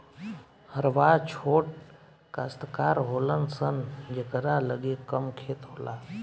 हरवाह छोट कास्तकार होलन सन जेकरा लगे कम खेत होला